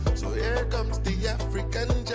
so here comes the african